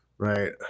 Right